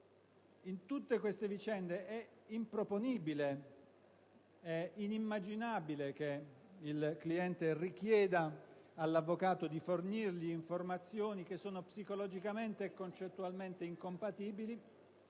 In tutte queste vicende è improponibile e inimmaginabile che il cliente chieda all'avvocato di fornirgli informazioni che sono psicologicamente e concettualmente incompatibili